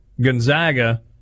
Gonzaga